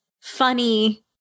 funny